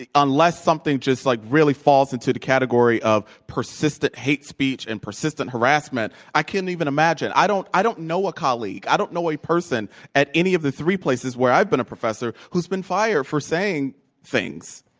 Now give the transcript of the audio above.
unless something just like really falls into the category of persistent hate speech and persistent harassment, i can't even imagine. i don't i don't know a colleague, i don't know a person at any of the three places where i've been a professor who's been fired for saying things.